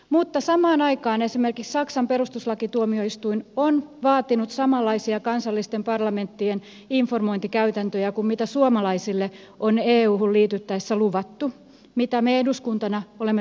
mutta samaan aikaan esimerkiksi saksan perustuslakituomioistuin on vaatinut samanlaisia kansallisten parlamenttien informointikäytäntöjä kuin mitä suomalaisille on euhun liityttäessä luvattu mitä me eduskuntana olemme tottuneet käyttämään